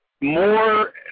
more